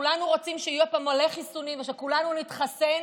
כולנו רוצים שיהיו פה מלא חיסונים ושכולנו נתחסן,